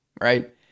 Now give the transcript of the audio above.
right